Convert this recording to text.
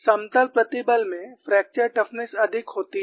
समतल प्रतिबल में फ्रैक्चर टफनेस अधिक होती है